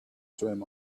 swim